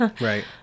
Right